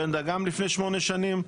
ברנדה גם לפני שמונה שנים.